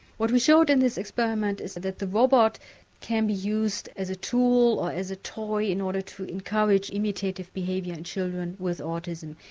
what we showed in this experiment is that the robot can be used as a tool or as a toy in order to encourage imitative behaviour children with autism,